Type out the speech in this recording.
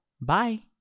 Bye